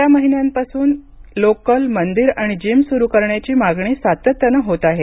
गेल्या महिन्यांपासून लोकल मंदिर आणि जीम सुरु करण्याची मागणी सातत्यानं होत आहे